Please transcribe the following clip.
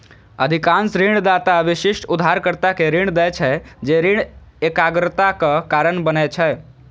अधिकांश ऋणदाता विशिष्ट उधारकर्ता कें ऋण दै छै, जे ऋण एकाग्रताक कारण बनै छै